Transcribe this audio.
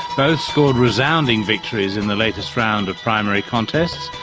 both scored resounding victories in the latest round of primary contests.